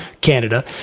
Canada